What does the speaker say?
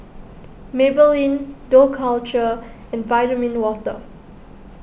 Maybelline Dough Culture and Vitamin Water